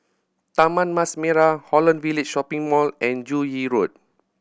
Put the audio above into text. Taman Mas Merah Holland Village Shopping Mall and Joo Yee Road